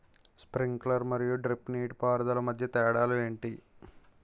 Sprinkler మరియు drip నీటిపారుదల మధ్య తేడాలు ఏంటి?